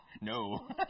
No